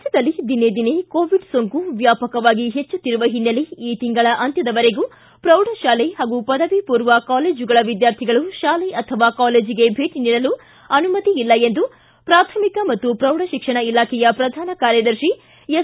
ರಾಜ್ಯದಲ್ಲಿ ದಿನೇ ದಿನೇ ಕೋವಿಡ್ ಸೋಂಕು ವ್ಯಾಪಕವಾಗಿ ಹೆಚ್ಚುತ್ತಿರುವ ಹಿನ್ನೆಲೆ ಈ ತಿಂಗಳ ಅಂತ್ಯದವರೆಗೂ ಪ್ರೌಢ ಶಾಲೆ ಹಾಗೂ ಪದವಿ ಪೂರ್ವ ಕಾಲೇಜುಗಳ ವಿದ್ವಾರ್ಥಿಗಳು ಶಾಲೆ ಅಥವಾ ಕಾಲೇಜಿಗೆ ಭೇಟಿ ನೀಡಲು ಅನುಮತಿಯಿಲ್ಲ ಎಂದು ಪ್ರಾಥಮಿಕ ಮತ್ತು ಪ್ರೌಢ ಶಿಕ್ಷಣ ಇಲಾಖೆಯ ಪ್ರಧಾನ ಕಾರ್ಯದರ್ಶಿ ಎಸ್